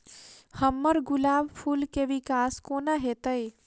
हम्मर गुलाब फूल केँ विकास कोना हेतै?